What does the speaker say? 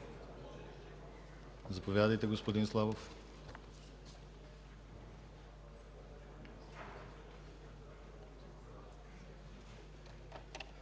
Заповядайте, господин Славов.